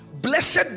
Blessed